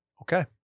Okay